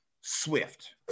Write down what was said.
Swift